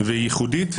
והיא ייחודית.